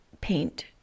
paint